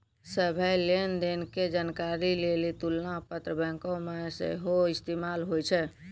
सभ्भे लेन देन के जानकारी लेली तुलना पत्र बैंको मे सेहो इस्तेमाल होय छै